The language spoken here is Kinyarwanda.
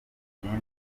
ikindi